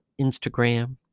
Instagram